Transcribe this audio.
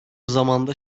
zamanda